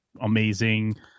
amazing